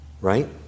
Right